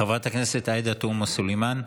חברת הכנסת עאידה תומא סלימאן,